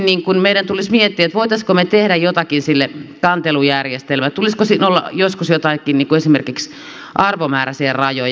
lisäksi meidän tulisi miettiä voisimmeko me tehdä jotakin sille kantelujärjestelmälle tulisiko siinä olla joskus esimerkiksi joitakin arvomääräisiä rajoja